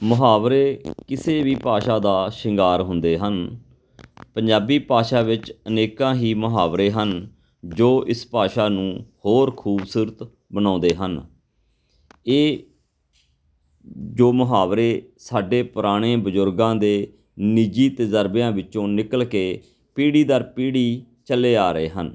ਮੁਹਾਵਰੇ ਕਿਸੇ ਵੀ ਭਾਸ਼ਾ ਦਾ ਸ਼ਿੰਗਾਰ ਹੁੰਦੇ ਹਨ ਪੰਜਾਬੀ ਭਾਸ਼ਾ ਵਿੱਚ ਅਨੇਕਾਂ ਹੀ ਮੁਹਾਵਰੇ ਹਨ ਜੋ ਇਸ ਭਾਸ਼ਾ ਨੂੰ ਹੋਰ ਖੂਬਸੂਰਤ ਬਣਾਉਂਦੇ ਹਨ ਇਹ ਜੋ ਮੁਹਾਵਰੇ ਸਾਡੇ ਪੁਰਾਣੇ ਬਜ਼ੁਰਗਾਂ ਦੇ ਨਿੱਜੀ ਤਜ਼ਰਬਿਆਂ ਵਿੱਚੋਂ ਨਿਕਲ ਕੇ ਪੀੜ੍ਹੀ ਦਰ ਪੀੜ੍ਹੀ ਚੱਲੇ ਆ ਰਹੇ ਹਨ